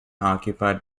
occupied